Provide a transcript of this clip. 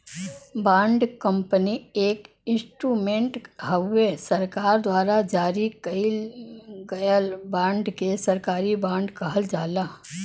bond company एक instrument हउवे सरकार द्वारा जारी कइल गयल बांड के सरकारी बॉन्ड कहल जाला